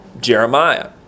Jeremiah